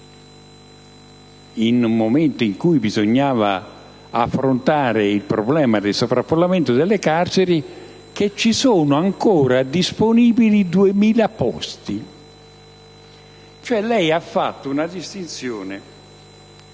in un momento in cui bisogna affrontare il problema del sovraffollamento delle carceri, ci sono ancora disponibili 2.000 posti. Lei ha fatto una distinzione